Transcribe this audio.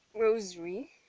rosary